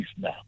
now